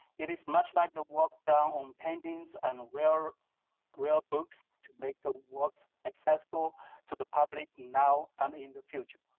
it is much like the work on paintings and rare rare books to make the works accessible to the public now and in the future.